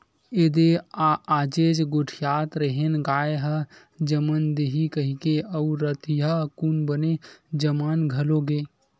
एदे आजेच गोठियावत रेहेंव गाय ह जमन दिही कहिकी अउ रतिहा कुन बने जमन घलो गे